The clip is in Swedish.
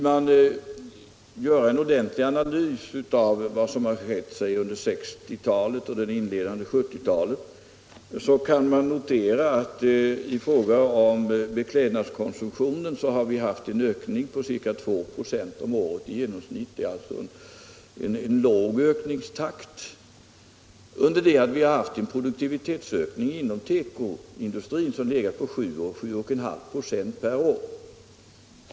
Om man gör en ordentlig analys av vad som har skett under 1960-talet och början av 1970-talet kan man notera att beklädnadskonsumtionen ökat med i genomsnitt ca 2 96 om året, vilket är en låg ökningstakt, under det att tekoindustrins produktivitetsökning legat på 7-7,5 96 per år.